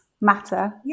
matter